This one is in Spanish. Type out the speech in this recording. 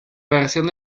versión